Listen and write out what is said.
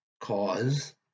cause